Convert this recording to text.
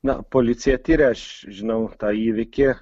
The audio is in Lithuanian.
na policija tiria aš žinau tą įvykį